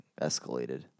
escalated